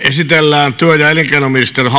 esitellään työ ja elinkeinoministeriön